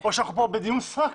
או שאנחנו כאן בדיון סרק.